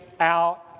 out